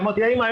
אמרתי לה: אמא,